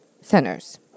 centers